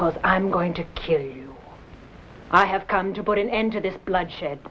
because i'm going to kill you i have come to put an end to this bloodshed